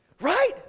right